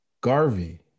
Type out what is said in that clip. Garvey